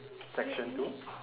section two